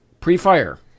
pre-fire